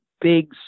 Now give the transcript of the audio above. big